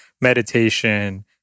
meditation